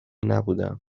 نبودهام